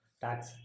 Tax